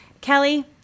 Kelly